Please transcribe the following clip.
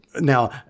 now